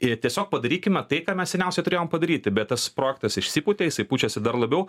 ir tiesiog padarykime tai ką mes seniausiai turėjom padaryti bet tas projektas išsipūtė jisai pučiasi dar labiau